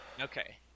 Okay